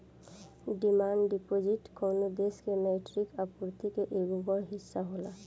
demand deposit कवनो देश के मौद्रिक आपूर्ति के एगो बड़ हिस्सा होला